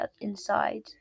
inside